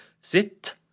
sit